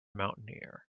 mountaineer